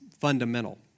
fundamental